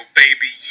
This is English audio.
baby